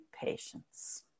patience